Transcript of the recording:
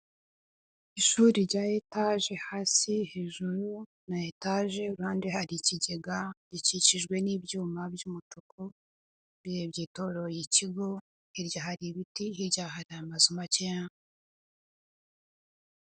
Ishuri rya etage; hasi ,hejuru na etageranande hari ikigega gikikijwe n'ibyuma by'umutuku birebye itoreroye ikigo hirya hari ibiti hirya hari amazu make ya